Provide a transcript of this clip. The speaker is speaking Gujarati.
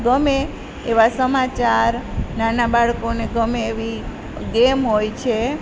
ગમે એવા સમાચાર નાના બાળકોને ગમે એવી ગેમ હોય છે